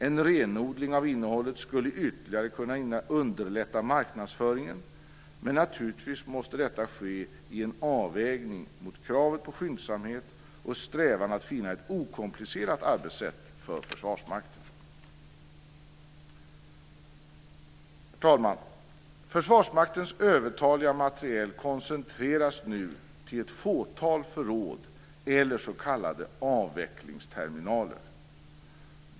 En renodling av innehållet skulle ytterligare kunna underlätta marknadsföringen, men naturligtvis måste detta ske i en avvägning mot kravet på skyndsamhet och strävan att finna ett okomplicerat arbetssätt för Herr talman! Försvarsmaktens övertaliga materiel koncentreras nu till ett fåtal förråd eller s.k. avvecklingsterminaler.